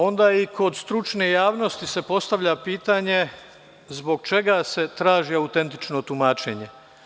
Onda i kod stručne javnosti se postavlja pitanje - zbog čega se traži autentično tumačenje?